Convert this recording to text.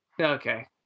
Okay